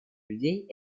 людей